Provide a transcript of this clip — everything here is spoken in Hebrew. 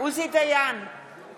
עוזי דיין, בעד אבי דיכטר,